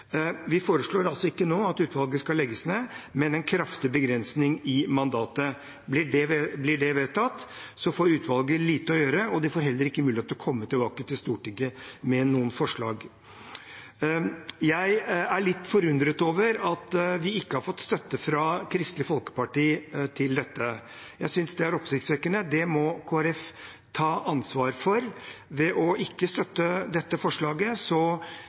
Vi foreslår altså ikke nå at utvalget skal legges ned, men en kraftig begrensning i mandatet. Blir det vedtatt, får utvalget lite å gjøre, og de får heller ikke mulighet til å komme tilbake til Stortinget med noen forslag. Jeg er litt forundret over at vi ikke har fått støtte fra Kristelig Folkeparti til dette. Jeg synes det er oppsiktsvekkende. Det må Kristelig Folkeparti ta ansvar for. Ved ikke å støtte dette forslaget